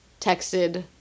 texted